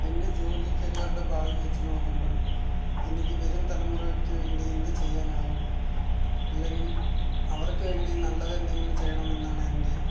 എൻ്റെ ജോലി കരിയറിൻ്റെ ഭാവി വച്ച് നോക്കുമ്പോൾ എനിക്ക് വരും തലമുറക്ക് വേണ്ടി എന്ത് ചെയ്യാനാകും അല്ലങ്കിൽ അവർക്ക് വേണ്ടി നല്ലതെന്തെങ്കിലും ചെയ്യണമെന്നാണ് എൻ്റെ